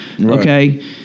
okay